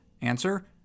Answer